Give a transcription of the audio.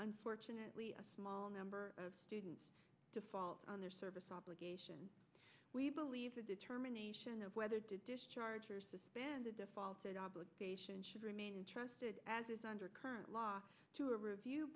unfortunately a small number of students default on their service obligation we believe the determination of whether to discharge or suspend the defaulted obligation should remain interested as is under current law to a review